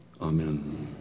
Amen